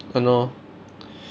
!hannor!